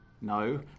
No